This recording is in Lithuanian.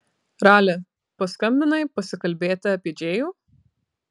rali paskambinai pasikalbėti apie džėjų